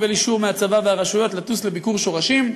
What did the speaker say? קיבל אישור מהצבא והרשויות לטוס לביקור שורשים.